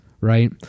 right